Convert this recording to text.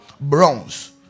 Bronze